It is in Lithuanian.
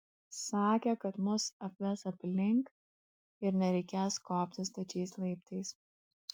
sakė kad mus apves aplink ir nereikės kopti stačiais laiptais